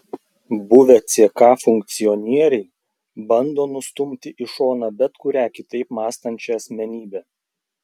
buvę ck funkcionieriai bando nustumti į šoną bet kurią kitaip mąstančią asmenybę